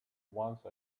once